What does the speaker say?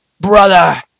brother